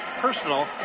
personal